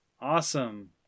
Awesome